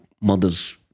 mother's